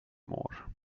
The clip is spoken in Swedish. mår